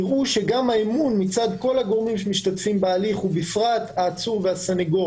יראו שגם האמון מצד כל הגורמים שמשתתפים בהליך ובפרט העצור והסנגור